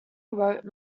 wrote